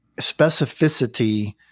specificity